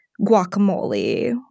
guacamole